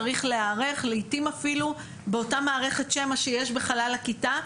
צריך להיערך לעיתים אפילו באותה מערכת שמע שיש בחלל הכיתה,